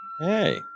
Hey